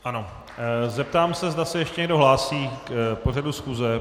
Ano, zeptám se, zda se ještě někdo hlásí k pořadu schůze.